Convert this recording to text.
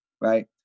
right